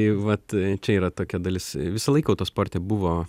tai vat čia yra tokia dalis visą laiką autosporte buvo